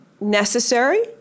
necessary